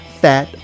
Fat